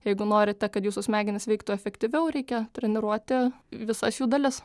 jeigu norite kad jūsų smegenys veiktų efektyviau reikia treniruoti visas jų dalis